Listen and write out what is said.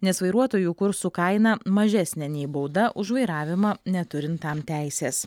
nes vairuotojų kursų kaina mažesnė nei bauda už vairavimą neturint tam teisės